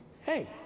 Hey